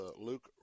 Luke